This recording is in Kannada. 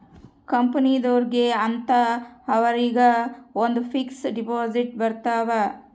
ಕಂಪನಿದೊರ್ಗೆ ಅಂತ ಅವರಿಗ ಒಂದ್ ಫಿಕ್ಸ್ ದೆಪೊಸಿಟ್ ಬರತವ